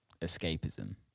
escapism